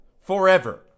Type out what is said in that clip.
forever